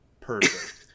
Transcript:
perfect